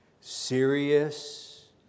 serious